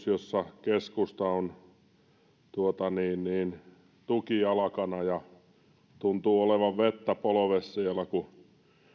jossa keskusta on tukijalkana ja jolla tuntuu olevan vettä polvessa kun